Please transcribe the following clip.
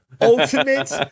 ultimate